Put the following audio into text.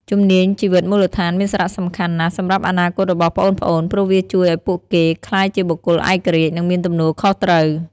ជំនាញជីវិតមូលដ្ឋានមានសារៈសំខាន់ណាស់សម្រាប់អនាគតរបស់ប្អូនៗ ព្រោះវាជួយឱ្យពួកគេក្លាយជាបុគ្គលឯករាជ្យ និងមានទំនួលខុសត្រូវ។